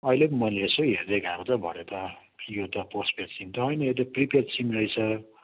अहिले पो मैले यसो हेर्दैगएको त भरे त यो त पोस्टपेड सिम त होइन यो त प्रिपेड सिम रहेछ